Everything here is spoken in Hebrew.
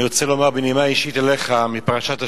אני רוצה לומר בנימה אישית אליך, מפרשת השבוע,